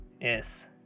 Yes